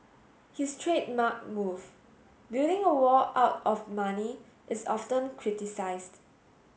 his trademark move building a wall out of money is often criticised